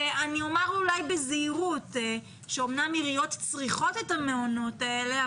אני אומר אולי בזהירות שאמנם עיריות צריכות את המעונות האלה,